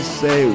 say